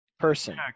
person